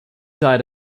died